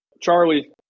Charlie